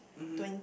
mmhmm